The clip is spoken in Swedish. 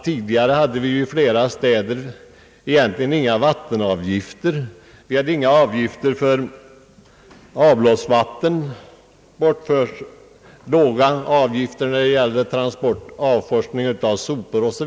Tidigare hade flera städer egentligen inga vattenoch avloppsavgifter samt låga avgifter för bortforsling av sopor etc.